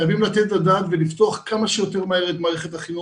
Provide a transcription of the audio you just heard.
חייבים לתת את הדעת ולפתוח כמה שיותר מהר את מערכת החינוך.